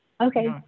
okay